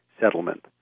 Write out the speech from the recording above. settlement